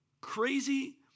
crazy